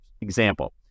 Example